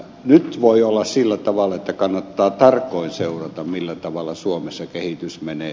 nyt voi olla sillä tavalla että kannattaa tarkoin seurata millä tavalla suomessa kehitys menee